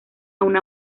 una